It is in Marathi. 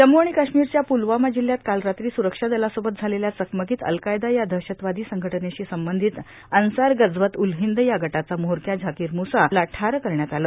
जम्म् आर्गण काश्मीरच्या पुलवामा जिल्ह्यात काल रात्री सुरक्षा दलासोबत झालेल्या चकमकांत अलकायदा या दहशतवादां संघटनेशी संबोधत अंसार गझवत उल र्हाहंद या गटाचा म्होरक्या झाकोर मुसा ला ठार करण्यात आलं